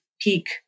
peak